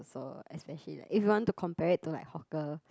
so especially like if you want to compare it to like hawker